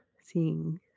seeing